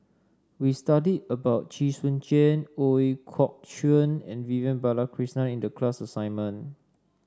we studied about Chee Soon Juan Ooi Kok Chuen and Vivian Balakrishnan in the class assignment